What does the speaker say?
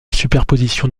superposition